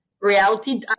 reality